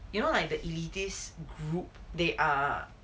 you know like the elitist group they are